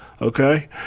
okay